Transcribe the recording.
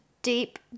deep